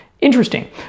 interesting